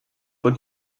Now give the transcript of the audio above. von